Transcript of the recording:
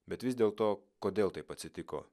bet vis dėlto kodėl taip atsitiko